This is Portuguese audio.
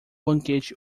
banquete